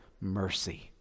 mercy